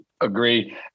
agree